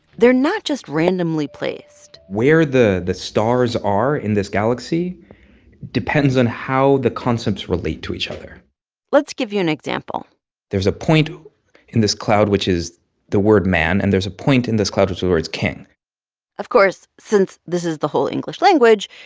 they're not just randomly placed where the the stars are in this galaxy depends on how the concepts relate to each other let's give you an example there's a point in this cloud which is the word man, and there's a point in this cloud which is the word king of course, since this is the whole english language,